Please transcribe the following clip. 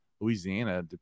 Louisiana